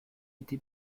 été